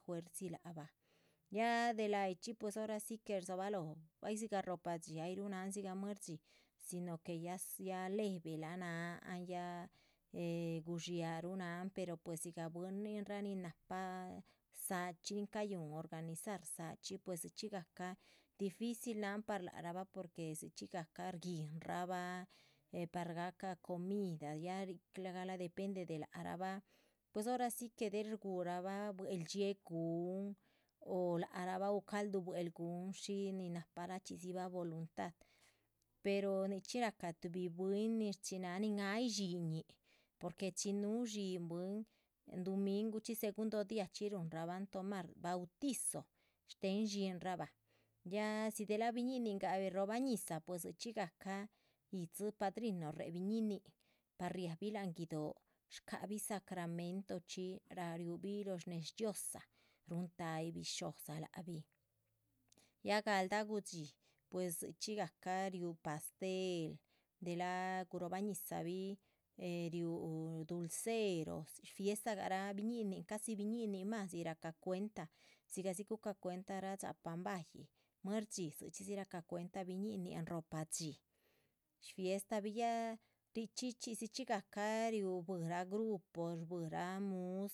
Juezi lac bah ya de layichxí, pues hora si que rdzóhobalo bahyi dzigah rohopa dxí ayruh náhan dzigah muer dxí si no que ya levelah náhan ya ehh gudxíaruh náhan. pero pues dzigah bwíninrah nin nahpa záa chxí cayuhun organizar záachxí, cayuhun organizar záachxí, dzichxí gahca dificil náhan par lac rabah porque dzichxí gahca shguihin. rabah eh par gahca comida ya nicla ya depende de lac rah bah pues hora si que del shguhurabah buehldxiée gun o láharabah o calduh buehl gun shí nin nahpara chxídzibah voluntad. pero nicxhí rahca tubi bwín nin náha nin ay dxínhinñih, porque chin núhu dxính bwín duminguchxí segundi día chxí ruhunrabahn tomar bautizo shtéhen dxínhrabah ya si delah. biñíningah roba ñizah pues dzichxí gahca yíhdzi padrino réhe biñínin par riahbi lahan guido´, shcáhabi sacramento chxí ra ripuhbi lóho shnés dhxiózaa ruhun ta´yih. bisho´dza lac bih ya galdah gudxí pues dzichxí gahca pastel delah guróhobah ñizahbih eh riú dulceros, fiestagah rah biñíhinin casi biñíhinin más rahca cuenta dzigah dzi. gucah cuentarah dxápan báhyih muer dxí dzichxí dzi rahca cuenta biñínin ropah dxí sfiestabih ya richxí chxídzi gahca riú shbuirah grupo shbuirah muscah